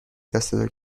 دستتو